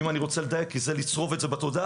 אם אני רוצה לדייק כי זה לצרוב את זה בתודעה,